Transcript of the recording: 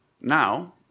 Now